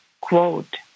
quote